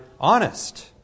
honest